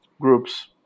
groups